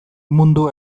mundu